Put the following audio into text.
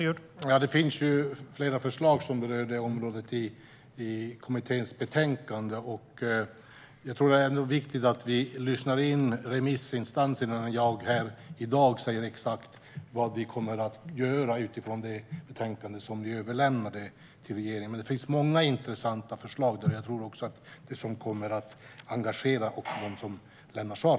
Herr talman! Det finns flera förslag i kommitténs betänkande som berör det området. Jag tror dock att det är viktigt att vi lyssnar in remissinstanserna i stället för att jag här i dag säger exakt vad det är vi kommer att göra utifrån det betänkande som ni överlämnade till regeringen. Men det finns många intressanta förslag där, som jag tror kommer att engagera också dem som lämnar svar.